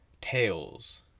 tails